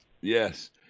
Yes